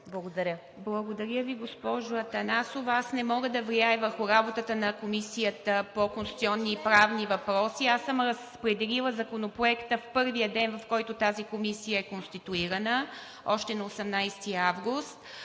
МИТЕВА: Благодаря Ви, госпожо Атанасова. Аз не мога да влияя върху работата на Комисията по конституционни и правни въпроси. Разпределила съм Законопроекта още в първия ден, в който тази комисия е конституирана – на 18 август,